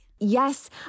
Yes